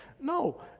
No